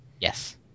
Yes